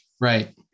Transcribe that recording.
right